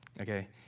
okay